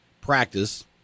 practice